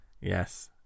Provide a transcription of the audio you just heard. Yes